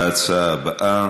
להצעה הבאה,